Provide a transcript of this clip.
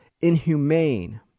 inhumane